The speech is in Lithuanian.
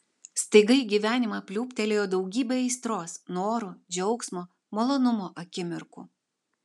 staiga į gyvenimą pliūptelėjo daugybė aistros norų džiaugsmo malonumo akimirkų